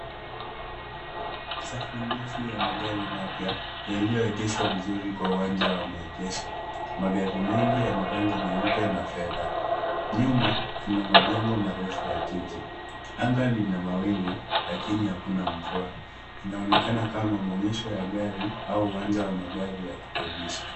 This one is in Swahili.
Safu ndefu ya magari mapaya yaliyoegeshwa vizuri kwa wanja wa maegesho. Magari mengi yana rangi nyeupe na fedha. Nyuma kuna majengo marefu ya jiji. Anga lina mawingu lakini akuna mvua inaonekana kama maonyesho ya magari au uwanja wa magari ya kukodisha.